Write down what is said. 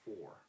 four